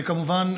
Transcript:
וכמובן,